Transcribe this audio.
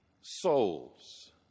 souls